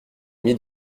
demi